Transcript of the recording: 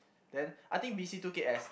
then I think B_C took it as